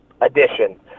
edition